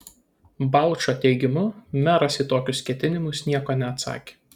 balčo teigimu meras į tokius ketinimus nieko neatsakė